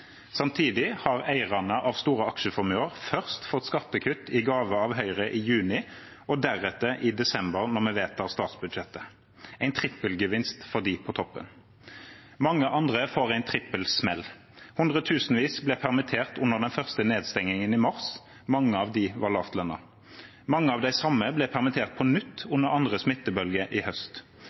Samtidig har eierne av store aksjeformuer først fått skattekutt i gave av Høyre i juni, og deretter i desember, når vi vedtar statsbudsjettet – en trippelgevinst for dem på toppen. Mange andre får en trippelsmell. Hundretusenvis ble permittert under den første nedstengingen i mars. Mange av dem var lavtlønnet, og mange av de samme ble permittert på nytt under andre smittebølge i høst.